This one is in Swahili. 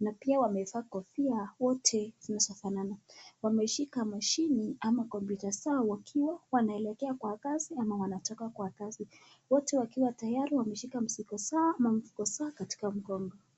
na pia wamevaa kofia wote zinazofanana. Wameshika mashini ama kompyuta zao wakiwa wanaelekea kwa kazi ama wanatoka kwa kazi. Wote wakiwa tayari wameshika mizigo zao ama mifuko zao katika mgongo.